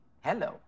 Hello